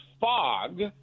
fog